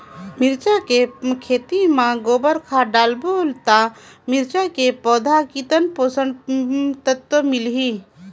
मिरचा के खेती मां गोबर खाद डालबो ता मिरचा के पौधा कितन पोषक तत्व मिलही?